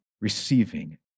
receiving